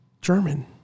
German